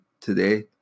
today